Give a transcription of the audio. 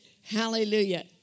Hallelujah